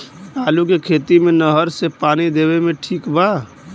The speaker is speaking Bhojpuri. आलू के खेती मे नहर से पानी देवे मे ठीक बा?